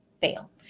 fail